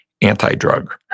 anti-drug